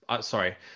sorry